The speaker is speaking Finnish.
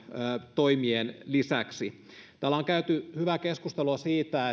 toimien lisäksi täällä on käyty hyvää keskustelua siitä